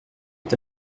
est